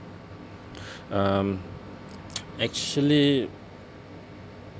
um actually